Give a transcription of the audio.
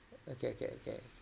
okay okay okay